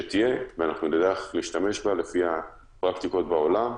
כשתהיה ונדע איך להשתמש בה לפי הפרקטיקות בעולם,